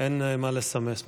אין מה לסמס.